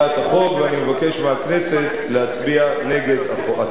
ואני מבקש מהכנסת להצביע נגד הצעת החוק.